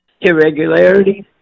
irregularities